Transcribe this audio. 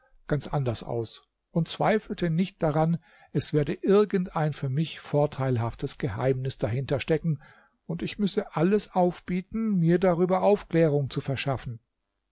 ganz anders aus und zweifelte nicht daran es werde irgendein für mich vorteilhaftes geheimnis dahinter stecken und ich müsse alles aufbieten mir darüber aufklärung zu verschaffen